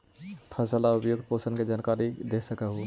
फसल ला उपयुक्त पोषण के जानकारी दे सक हु?